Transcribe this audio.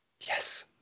Yes